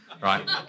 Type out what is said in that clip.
right